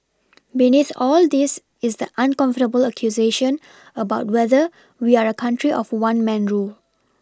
beneath all this is the uncomfortable accusation about whether we are a country of one man rule